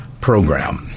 Program